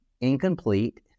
incomplete